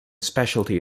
specialty